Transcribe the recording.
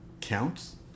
counts